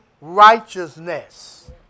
righteousness